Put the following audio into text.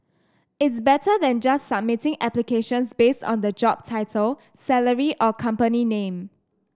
it's better than just submitting applications based on the job title salary or company name